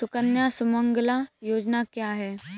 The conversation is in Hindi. सुकन्या सुमंगला योजना क्या है?